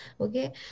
Okay